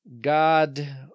God